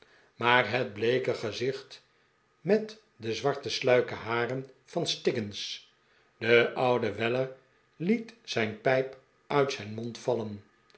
maar het bleeke gezicht met de zwarte sluike haren van stiggins de oude weller liet zijn pijp uit zijn mond vallen